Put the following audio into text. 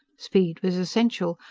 speed was essential.